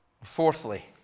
Fourthly